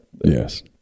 Yes